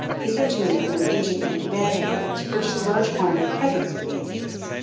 he sent to england an agent named bannfield to purchase a large quantity of presents for the indians.